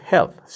Health